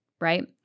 Right